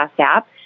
app